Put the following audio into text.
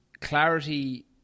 clarity